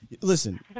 Listen